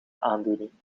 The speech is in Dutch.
aandoening